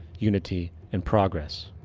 unity and progress.